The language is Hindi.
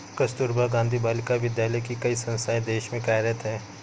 कस्तूरबा गाँधी बालिका विद्यालय की कई संस्थाएं देश में कार्यरत हैं